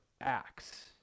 Acts